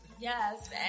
Yes